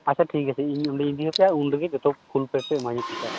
ᱟᱪᱪᱷᱟ ᱴᱷᱤᱠ ᱟᱪᱷᱮ ᱤᱧ ᱚᱸᱰᱮᱧ ᱤᱫᱤ ᱟᱯᱮᱭᱟ ᱩᱱᱨᱮᱜᱮ ᱡᱚᱛᱚ ᱯᱷᱩᱞ ᱯᱮᱰ ᱯᱮ ᱮᱢᱟᱹᱧᱟ ᱯᱚᱭᱥᱟ